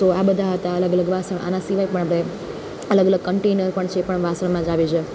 તો આ બધા હતા અલગ અલગ વાસણ આના સિવાય પણ આપણે અલગ અલગ કન્ટેનર પણ છે એ પણ વાસણમાં જ આવી જાય